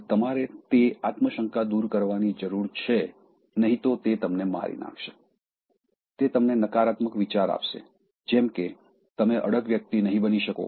હવે તમારે તે આત્મ શંકા દૂર કરવાની જરૂર છે નહીં તો તે તમને મારી નાખશે તે તમને નકારાત્મક વિચાર આપશે જેમ કે તમે અડગ વ્યક્તિ નહીં બની શકો